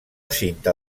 cinta